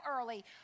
early